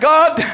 God